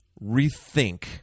rethink